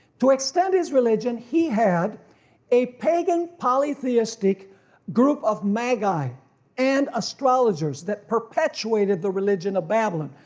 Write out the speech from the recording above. to extend his religion he had a pagan polytheistic group of magi and astrologers that perpetuated the religion of babylon.